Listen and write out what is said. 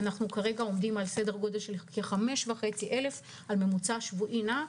כרגע אנחנו עומדים על סדר גודל של 5,500 ממוצע שבועי נע,